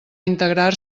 integrar